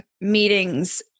meetings